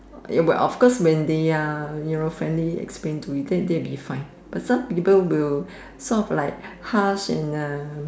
eh what of course when they are you know friendly explain to you that that will be fine but some people will sort of like harsh and uh